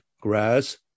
grass